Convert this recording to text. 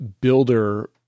builder